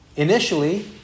Initially